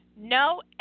no